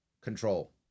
control